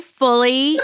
fully